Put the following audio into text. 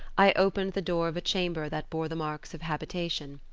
i opened the door of a chamber that bore the marks of habitation.